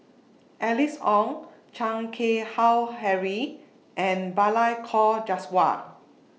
Alice Ong Chan Keng Howe Harry and Balli Kaur Jaswal